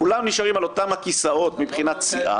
כולם נשארים על אותם הכיסאות מבחינת סיעה,